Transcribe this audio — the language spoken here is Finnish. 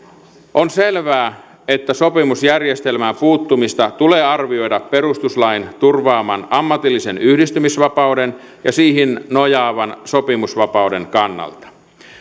on selvää että sopimusjärjestelmään puuttumista tulee arvioida perustuslain turvaaman ammatillisen yhdistymisvapauden ja siihen nojaavan sopimusvapauden kannalta